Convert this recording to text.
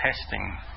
testing